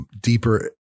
deeper